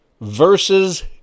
versus